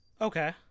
Okay